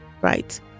right